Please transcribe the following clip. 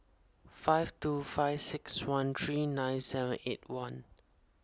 five two five six one three nine seven eight one